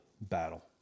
battle